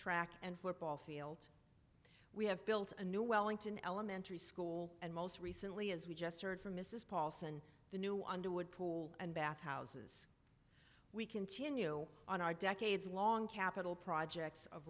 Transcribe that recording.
track and football field we have built a new wellington elementary school and most recently as we just heard from mrs paulson the new underwood pool and bathhouses we continue on our decades long capital projects of